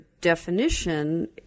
definition